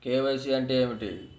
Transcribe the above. KYC అంటే ఏమి?